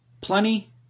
plenty